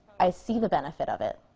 i see the benefit of it.